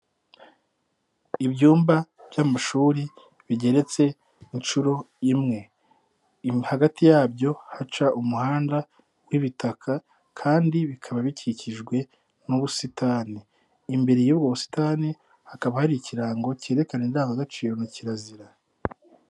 Ibyumba by'amashuri bigeretse inshuro imwe. Hagati yabyo haca umuhanda w'ibitaka kandi bikaba bikikijwe n'ubusitani. Imbere y'ubusitani hakaba hari ikirango cyerekana indangagaciro na kirazira.